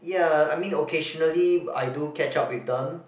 ya I mean occasionally I do catch up with them